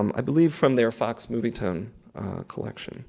um i believe from their fox movieton collection